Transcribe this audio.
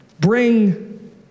bring